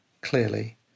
clearly